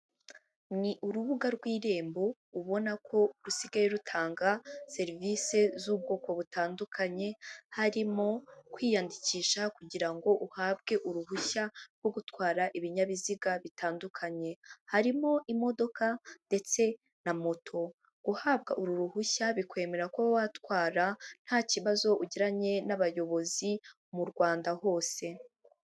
Ni urubuga rw'irembo ubona ko rusigaye rutanga serivisi z'ubwoko butandukanye harimo kwiyandikisha kugira ngo uhabwe uruhushya rwo gutwara ibinyabiziga bitandukanye harimo imodoka ndetse na moto guhabwa uru ruhushya bikwemera ko watwara nta kibazo ugiranye n'abayobozi mu rwanda hose.